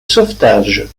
sauvetage